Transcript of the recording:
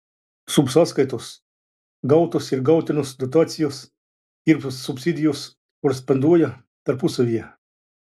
subsąskaitos gautos ir gautinos dotacijos ir subsidijos koresponduoja tarpusavyje